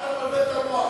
מה אתה מבלבל את המוח?